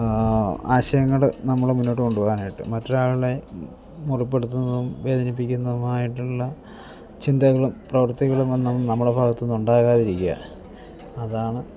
ആശയങ്ങൾ നമ്മൾ മുന്നോട്ട് കൊണ്ട് പോകാനായിട്ട് മറ്റൊരാളെ മുറിപ്പെടുത്തുന്നതും വേദനിപ്പിക്കുന്നതുമായിട്ടുള്ള ചിന്തകളും പ്രവർത്തികളും ഒന്നും നമ്മുടെ ഭാഗത്തു നിന്ന് ഉണ്ടാകാതിരിക്കുക അതാണ്